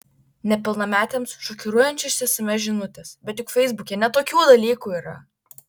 nepilnametėms šokiruojančios sms žinutės bet juk feisbuke ne tokių dalykų yra